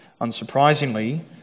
Unsurprisingly